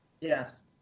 Yes